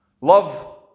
Love